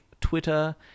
twitter